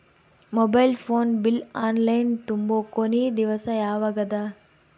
Mobile phone bill online ತುಂಬೊ ಕೊನಿ ದಿವಸ ಯಾವಗದ?